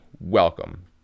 Welcome